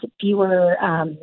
fewer